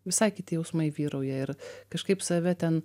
visai kiti jausmai vyrauja ir kažkaip save ten